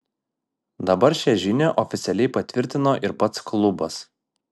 dabar šią žinią oficialiai patvirtino ir pats klubas